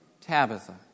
Tabitha